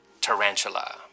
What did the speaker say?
tarantula